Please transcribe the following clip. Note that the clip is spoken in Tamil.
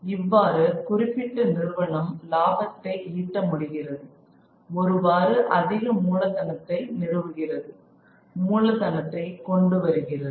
இவ்வாறு குறிப்பிட்ட நிறுவனம் லாபத்தை ஈட்ட முடிகிறது ஒருவாறு அதிக மூலதனத்தை நிறுவுகிறது மூலதனத்தை கொண்டு வருகிறது